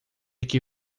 que